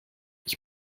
ich